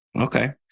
Okay